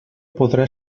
podrà